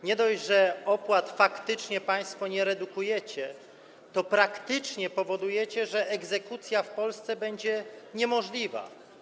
Nie dość, że opłat faktycznie państwo nie redukujecie, to praktycznie powodujecie, że egzekucja w Polsce będzie niemożliwa.